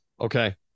Okay